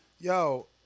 Yo